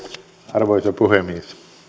arvoisa puhemies